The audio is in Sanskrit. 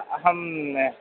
अहं